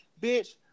bitch